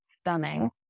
stunning